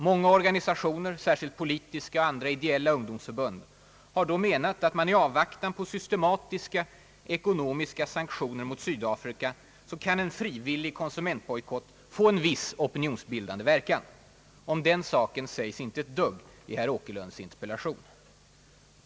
Många organisationer, särskilt politiska och andra ideella ungdomsförbund, har menat att i avvaktan på systematiska ekonomiska sanktioner mot Sydafrika kan en frivillig konsumentbojkott få en viss opinionsbildande verkan. Om den saken sägs inte ett dugg i herr Åkerlunds interpellation.